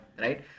right